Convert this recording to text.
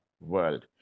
world